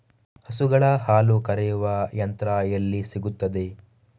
ಹಸುಗಳ ಹಾಲು ಕರೆಯುವ ಯಂತ್ರ ಎಲ್ಲಿ ಸಿಗುತ್ತದೆ?